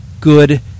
good